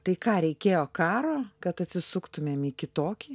tai ką reikėjo karo kad atsisuktumėm į kitokį